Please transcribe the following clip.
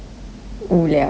无聊